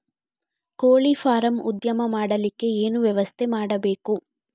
ಕೋಳಿ ಫಾರಂ ಉದ್ಯಮ ಮಾಡಲಿಕ್ಕೆ ಏನು ವ್ಯವಸ್ಥೆ ಮಾಡಬೇಕು?